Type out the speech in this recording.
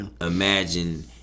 imagine